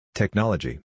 Technology